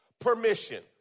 permission